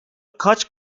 kaç